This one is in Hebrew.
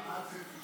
מה הצפי,